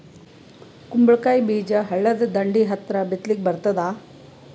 ಕುಂಬಳಕಾಯಿ ಬೀಜ ಹಳ್ಳದ ದಂಡಿ ಹತ್ರಾ ಬಿತ್ಲಿಕ ಬರತಾದ?